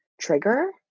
trigger